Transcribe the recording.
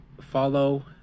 follow